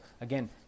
again